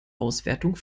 auswertung